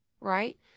right